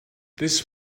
this